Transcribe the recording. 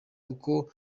kuko